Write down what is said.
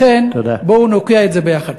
לכן, בואו ונוקיע את זה ביחד.